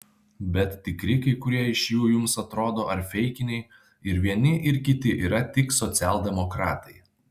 bet tikri kai kurie iš jų jums atrodo ar feikiniai ir vieni ir kiti yra tik socialdemokratai